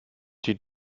die